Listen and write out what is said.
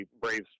Braves